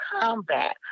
combat